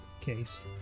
case